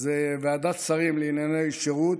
וזה ועדת שרים לענייני שירות.